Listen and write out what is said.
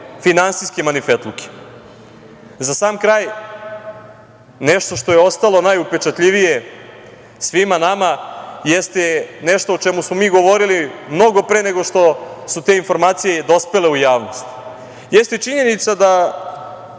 finansijske manifetluke.Za sam kraj nešto što je ostalo najupečatljivije svima nama, nešto o čemu smo mi govorili mnogo pre nego što su te informacije dospele u javnost - činjenica da